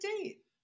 date